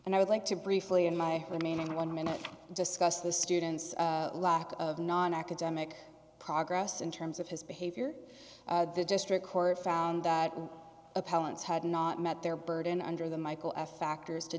and i would like to briefly in my remaining one minute discuss the student's lack of nonacademic progress in terms of his behavior the district court found that opponents had not met their burden under the michael f factors to